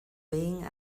being